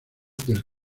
del